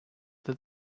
that